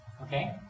Okay